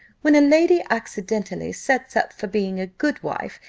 when a lady accidentally sets up for being a good wife,